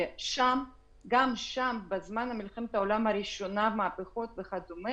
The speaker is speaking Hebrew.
וגם אז, בזמן מלחמת העולם הראשונה וכו',